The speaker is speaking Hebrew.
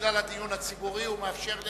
בגלל הדיון הציבורי הוא מאפשר,